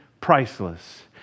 priceless